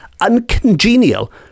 uncongenial